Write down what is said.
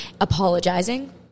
apologizing